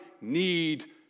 need